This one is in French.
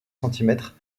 centimètres